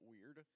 weird